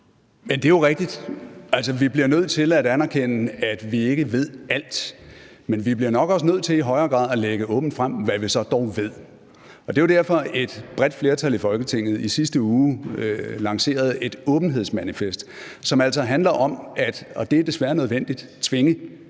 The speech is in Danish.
Det er jo rigtigt. Vi bliver nødt til at anerkende, at vi ikke ved alt, men vi bliver nok også nødt til i højere grad at lægge åbent frem, hvad vi så dog ved. Det var jo derfor, et bredt flertal i Folketinget i sidste uge lancerede et åbenhedsmanifest, som altså handler om, og